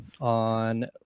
on